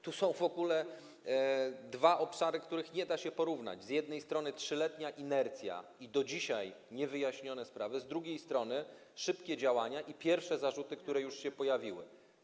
Tu są w ogóle dwa obszary, których nie da się porównać: z jednej strony 3-letnia inercja i do dzisiaj niewyjaśnione sprawy, a z drugiej strony szybkie działania i pierwsze zarzuty, które już się pojawiły.